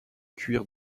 cuire